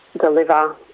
deliver